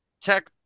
Tech